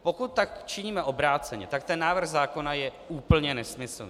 Pokud tak činíme obráceně, je ten návrh zákona úplně nesmyslný.